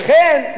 לכן,